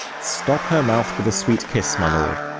stop her mouth with a sweet kiss, my lord.